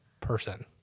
person